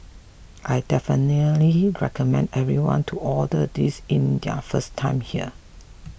I definitely recommend everyone to order this in their first time here